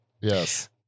yes